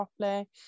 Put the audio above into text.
properly